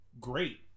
great